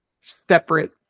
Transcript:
separate